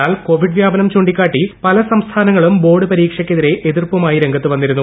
എന്നാൽ കോവിഡ് വ്യാപനം ചൂണ്ടിക്കാട്ടി പല സംസ്ഥാനങ്ങളും ബോർഡ് പരീക്ഷയ്ക്കെതിരെ എതിർപ്പുമായി രംഗത്ത് വന്നിരുന്നു